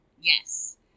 Yes